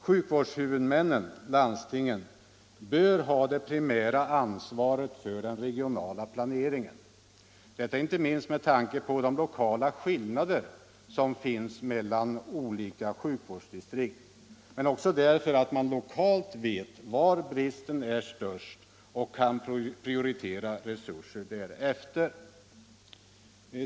Sjukvårdshuvudmännen — landstingen — bör ha det primära ansvaret för den regionala planeringen, detta inte minst med tanke på de lokala skillnader som finns mellan olika sjukvårdsdistrikt men också därför att man lokalt vet var bristen är störst och kan prioritera resurser därefter.